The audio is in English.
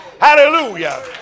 Hallelujah